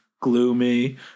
gloomy